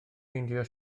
meindio